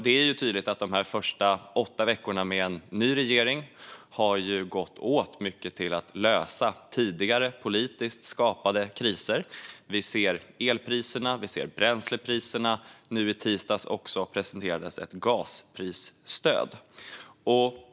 Det är tydligt att de första åtta veckorna med en ny regering mycket har gått åt till att lösa tidigare, politiskt skapade kriser. Vi ser elpriserna, vi ser bränslepriserna och nu i tisdags presenterades också ett gasprisstöd.